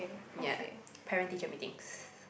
ya Parents Teacher Meetings